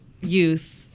youth